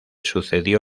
sucedió